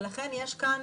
בנק ישראל,